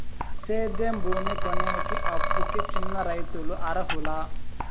సేద్యం భూమి కొనేకి, అప్పుకి చిన్న రైతులు అర్హులా?